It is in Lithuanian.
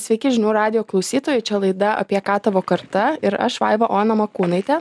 sveiki žinių radijo klausytojai čia laida apie ką tavo karta ir aš vaiva ona makūnaitė